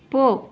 போ